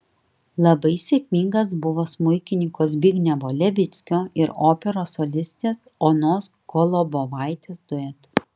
labai sėkmingas buvo smuikininko zbignevo levickio ir operos solistės onos kolobovaitės duetas